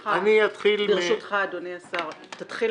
ברשותך, אדוני השר, תתחיל